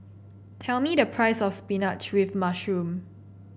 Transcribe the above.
tell me the price of spinach with mushroom